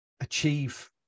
achieve